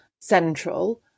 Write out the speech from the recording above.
central